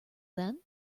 then